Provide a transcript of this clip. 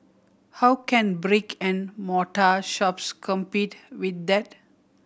how can brick and mortar shops compete with that